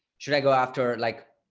should i go after, like,